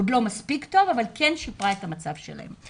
עוד לא מספיק טוב, אבל כן שיפרה את המצב שלהם.